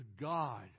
God